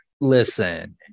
listen